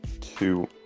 two